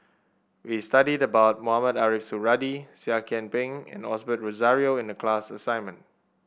we studied about Mohamed Ariff Suradi Seah Kian Peng and Osbert Rozario in the class assignment